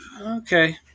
okay